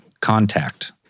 contact